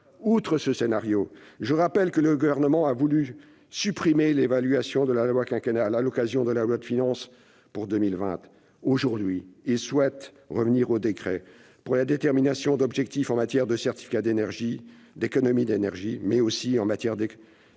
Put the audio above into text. Outre ce scénario, je rappelle que le Gouvernement a voulu supprimer l'évaluation de la loi quinquennale, à l'occasion de la loi de finances pour 2020. Aujourd'hui, il souhaite revenir au décret pour la détermination d'objectifs en matière de certificats d'économie d'énergie, mais aussi en matière d'énergies